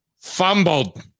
Fumbled